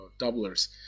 doublers